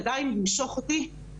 עם ידיים למשוך אותי,